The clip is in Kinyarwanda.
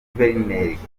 guverineri